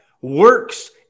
works